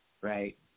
right